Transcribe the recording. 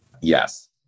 Yes